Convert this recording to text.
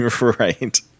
Right